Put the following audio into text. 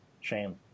shame